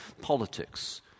politics